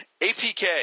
APK